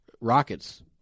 Rockets